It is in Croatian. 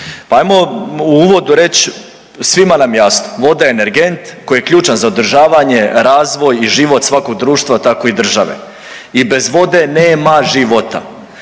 Pa hajmo u uvodu reći svima nam je jasno voda je energent koji je ključan za održavanje, razvoj i život svakog društva, tako i države. I bez vode nema života.